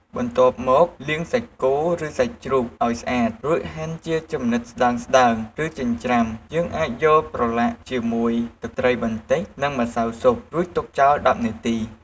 បន្ទាប់មកលាងសាច់គោឬសាច់ជ្រូកឱ្យស្អាត រួចហាន់ជាចំណិតស្ដើងៗឬចិញ្ច្រាំ យើងអាចយកប្រឡាក់ជាមួយទឹកត្រីបន្តិចនិងម្សៅស៊ុប រួចទុកចោល ១០ នាទី។